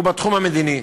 ובתחום המדיני,